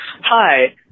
Hi